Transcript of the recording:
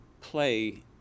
play